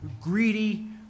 greedy